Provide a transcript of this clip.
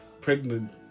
pregnant